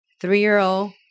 three-year-old